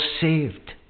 saved